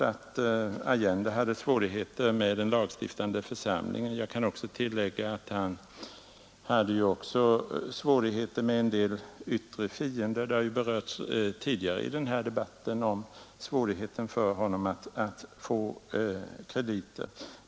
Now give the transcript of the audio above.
Allende hade svårigheter med den lagstiftande församlingen, och han hade också en del svårigheter med yttre fiender. Tidigare i denna debatt har även berörts Allendes svårigheter att få krediter.